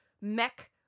mech